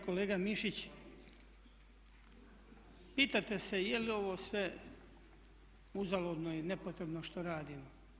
Kolega Mišić, pitate se je li ovo sve uzaludno i nepotrebno što radimo.